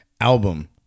album